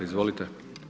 Izvolite.